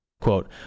Quote